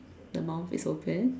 the mouth is open